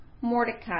Mordecai